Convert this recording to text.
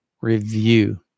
review